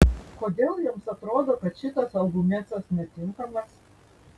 kodėl jiems atrodo kad šitas albumėcas netinkamas